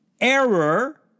Error